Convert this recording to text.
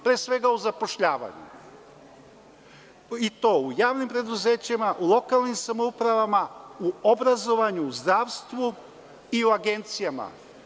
Pre svega u zapošljavanju, i to u javnim preduzećima, u lokalnim samoupravama, u obrazovanju, zdravstvu i u agencijama.